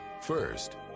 first